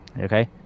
Okay